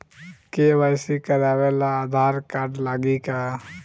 KYC करावे ला Aadhaar card लागी का?